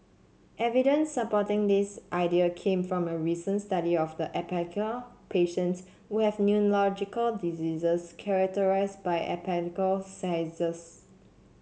evidence supporting this idea came from a recent study of epileptic patients who have neurological diseases characterised by epileptic seizures